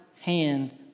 hand